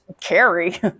carry